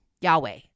Yahweh